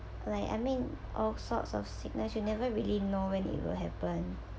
like I mean all sorts of signals you never really know when it will happen